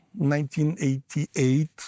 1988